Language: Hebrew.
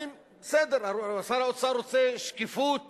בסדר, שר האוצר רוצה שקיפות